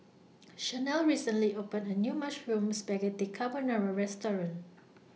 Shanelle recently opened A New Mushroom Spaghetti Carbonara Restaurant